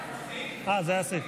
אה, זה הסעיף.